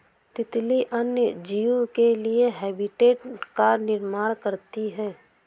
तितली अन्य जीव के लिए हैबिटेट का निर्माण करती है